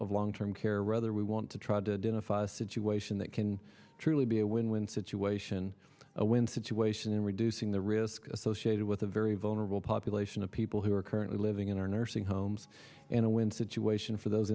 of long term care rather we want to try to do in a fuss situation that can truly be a win win situation a win situation in reducing the risk associated with a very vulnerable population of people who are currently living in our nursing homes in a win situation for those